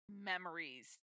memories